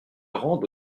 rendent